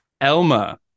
Elma